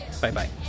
Bye-bye